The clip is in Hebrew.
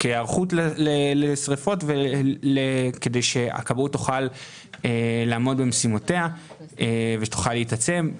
כהיערכות לשריפות וכדי שהכבאות תוכל לעמוד במשימותיה ושתוכל להתעצם.